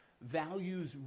values